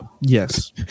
Yes